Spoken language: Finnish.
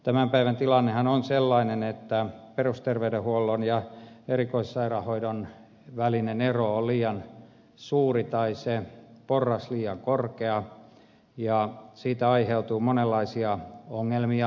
tämän päivän tilannehan on sellainen että perusterveydenhuollon ja erikoissairaanhoidon välinen ero on liian suuri tai se porras liian korkea ja siitä aiheutuu monenlaisia ongelmia